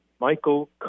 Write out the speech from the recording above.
Michael